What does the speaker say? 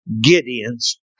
Gideon's